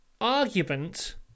argument